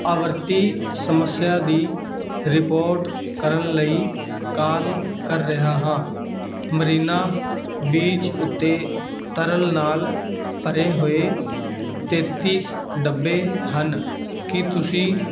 ਆਵਰਤੀ ਸਮੱਸਿਆ ਦੀ ਰਿਪੋਰਟ ਕਰਨ ਲਈ ਕਾਲ ਕਰ ਰਿਹਾ ਹਾਂ ਮਰੀਨਾ ਬੀਚ ਉੱਤੇ ਤਰਲ ਨਾਲ ਭਰੇ ਹੋਏ ਤੇਤੀਸ ਡੱਬੇ ਹਨ ਕੀ ਤੁਸੀਂ